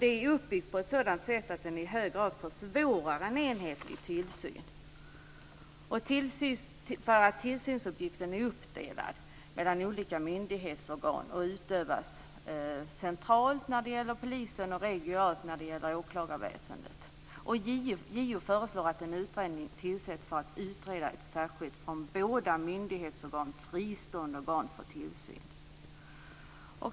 Den är uppbyggd på ett sådant sätt att det i hög grad försvårar en enhetlig tillsyn, eftersom tillsynsuppgiften är uppdelad mellan olika myndighetsorgan. Den utövas centralt när det gäller polisen och regionalt när det gäller åklagarväsendet. JO föreslår att det tillsätts en utredning som ska arbeta med frågan om ett från båda myndighetsorgan fristående organ för tillsyn.